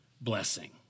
blessing